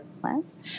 plants